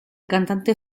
cantante